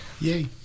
Yay